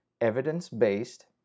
evidence-based